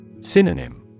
Synonym